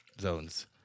zones